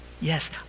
yes